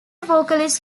vocalist